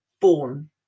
born